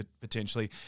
potentially